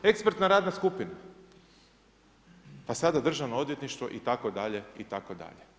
Ekspertna radna skupina, pa sada Državno odvjetništvo itd., itd.